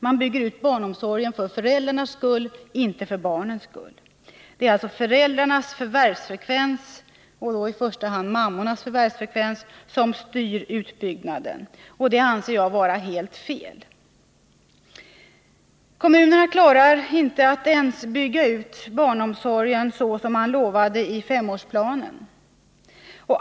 Man bygger ut barnomsorgen för föräldrarnas skull, inte för barnens. Det är alltså föräldrarnas och då i första hand mammornas förvärvsfrekvens som styr utbyggnaden. Detta anser jag vara helt felaktigt. Kommunerna klarar inte att bygga ut barnomsorgen ens i den omfattning som utlovades i femårsplanen.